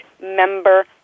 member